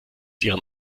ihren